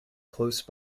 close